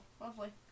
lovely